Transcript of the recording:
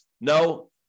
No